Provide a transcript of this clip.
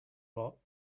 lot